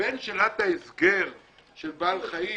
ובין שאלת ההסגר של בעל חיים